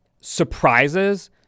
surprises